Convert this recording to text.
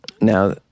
Now